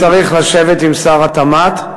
אתה צריך לשבת עם שר התמ"ת,